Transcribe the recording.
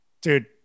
Dude